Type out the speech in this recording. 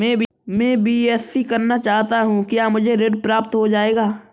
मैं बीएससी करना चाहता हूँ क्या मुझे ऋण प्राप्त हो जाएगा?